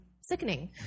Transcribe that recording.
sickening